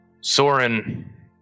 Soren